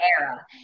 era